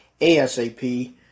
ASAP